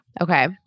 Okay